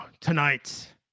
tonight